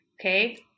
okay